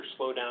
slowdown